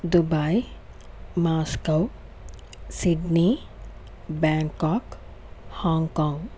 Dubai Moscow Sydney Bangkok Hong Kong